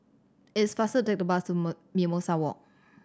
it's faster to take to bus to Mimosa Walk